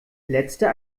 letzte